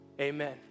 amen